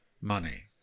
money